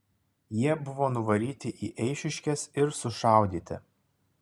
jie buvo nuvaryti į eišiškes ir sušaudyti